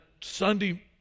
Sunday